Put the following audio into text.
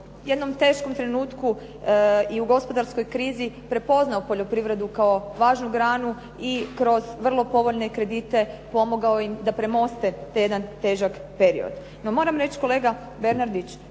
u jednom teškom trenutku i u gospodarskoj krizi prepoznao poljoprivredu kao važnu granu i kroz vrlo povoljne kredite pomogao im da premoste taj jedan težak period. No moram reći kolega Bernardić